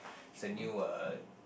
is a new uh